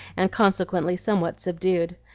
and consequently somewhat subdued.